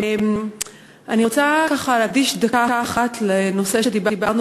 אני רוצה ככה להקדיש דקה אחת לנושא שדיברנו